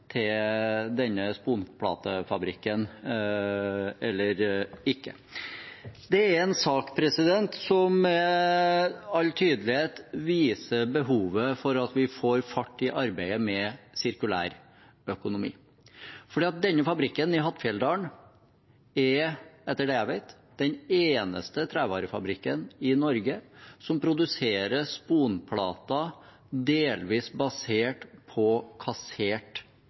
til denne sponplatefabrikken eller ikke. Det er en sak som med all tydelighet viser behovet for at vi får fart i arbeidet med sirkulærøkonomi. Denne fabrikken i Hattfjelldal er, etter det jeg vet, den eneste trevarefabrikken i Norge som produserer sponplater delvis basert på kassert